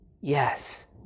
Yes